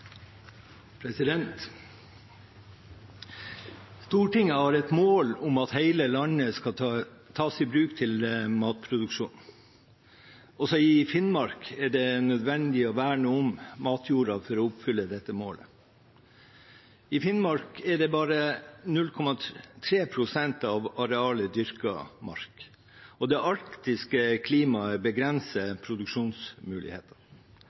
Stortinget har et mål om at hele landet skal tas i bruk til matproduksjon. Også i Finnmark er det nødvendig å verne om matjorda for å oppfylle dette målet. I Finnmark er bare 0,3 pst. av arealet dyrket mark, og det arktiske klimaet